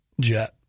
jet